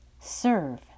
serve